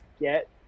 get